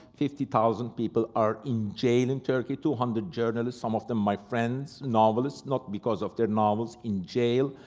fifty thousand people are in jail in turkey, two hundred journalists, some of them my friends, novelists, not because of their novels in jail.